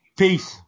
peace